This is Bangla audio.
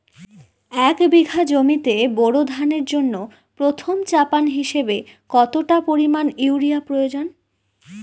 এক বিঘা জমিতে বোরো ধানের জন্য প্রথম চাপান হিসাবে কতটা পরিমাণ ইউরিয়া প্রয়োজন?